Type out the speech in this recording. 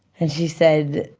and she said,